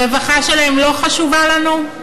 הרווחה שלהם לא חשובה לנו?